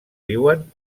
viuen